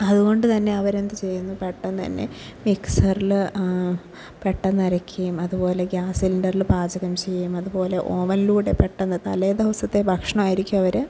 അതുകൊണ്ടുതന്നെ അവരെന്തു ചെയ്യുന്നു പെട്ടെന്നുതന്നെ മിക്സറിൽ പെട്ടെന്നരയ്ക്കുകയും അതുപോലെ ഗ്യാസ് സിലിണ്ടറിൽ പാചകം ചെയ്യുകയും അതുപോലെ ഓവനിലൂടെ പെട്ടെന്നു തലേ ദിവസത്തെ ഭക്ഷണമായിരിക്കും അവർ